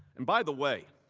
and by the way,